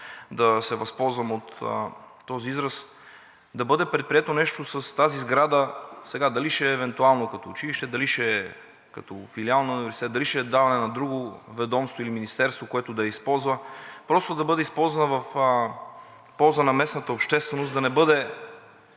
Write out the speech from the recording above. да се възползвам от този израз, да бъде предприето нещо с тази сграда. Сега, дали ще е евентуално като училище, дали ще е като филиал на университет, дали ще е даване на друго ведомство или министерството, което да я използва, просто да бъде използвана в полза на местната общественост, да не бъде